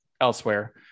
elsewhere